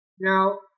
Now